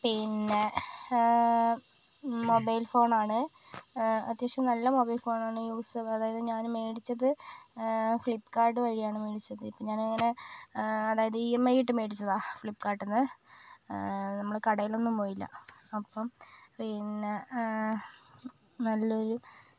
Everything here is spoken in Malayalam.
പിന്നെ മൊബൈൽ ഫോണാണ് അത്യാവശ്യം നല്ല മൊബൈൽ ഫോണാണ് യൂസ് അതായത് ഞാന് മേടിച്ചത് ഫ്ലിപ് കാർട്ട് വഴിയാണ് ഞാൻ മേടിച്ചത് പിന്നെ ഞാനിങ്ങനെ അതായത് ഇ എം ഐ ഇട്ട് മേടിച്ചതാണ് ഫ്ലിപ് കാർട്ടിൽ നിന്ന് നമ്മള് കടയിലൊന്നും പോയില്ല അപ്പം പിന്നെ നല്ലൊരു